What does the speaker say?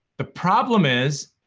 the problem is,